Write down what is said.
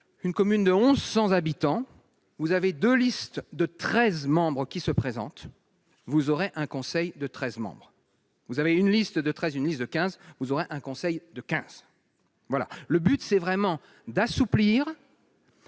une commune de 1100 habitants, vous avez 2 listes de 13 membres qui se présente, vous aurez un conseil de 13 membres, vous avez une liste de 13, une liste de 15 vous aurez un conseil de 15, voilà le but c'est vraiment d'assouplir.